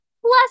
plus